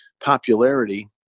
popularity